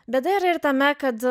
bėda yra ir tame kad